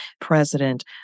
president